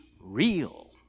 real